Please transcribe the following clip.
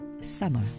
Summer